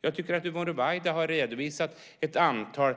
Jag tycker att Yvonne Ruwaida har redovisat ett antal